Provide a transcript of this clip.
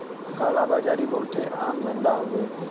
काला बाजारी बहुते आम धंधा हउवे